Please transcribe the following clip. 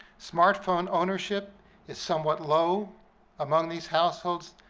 smartphone ownership is somewhat low among these households,